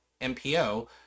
MPO